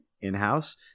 in-house